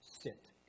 sit